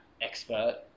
expert